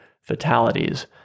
fatalities